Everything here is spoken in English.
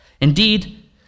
Indeed